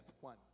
one